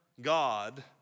God